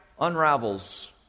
unravels